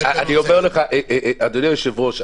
אדוני היושב-ראש,